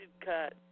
cut